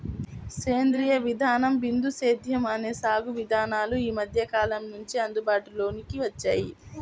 సేంద్రీయ విధానం, బిందు సేద్యం అనే సాగు విధానాలు ఈ మధ్యకాలం నుంచే అందుబాటులోకి వచ్చాయి